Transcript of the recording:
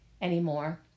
anymore